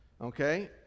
Okay